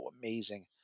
amazing